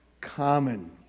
common